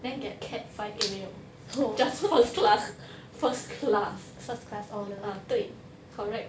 then get cat five A 没有 just first class first class ah 对 correct